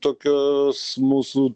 tokios mūsų